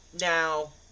Now